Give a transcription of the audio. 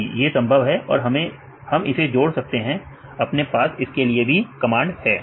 हां संभव है हम इसे जोड़ सकते हैं आपके पास कमांड है